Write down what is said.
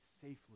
safely